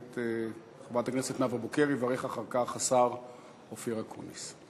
את חברת הכנסת נאוה בוקר יברך אחר כך השר אופיר אקוניס.